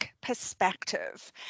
perspective